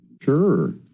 Sure